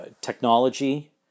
technology